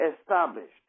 established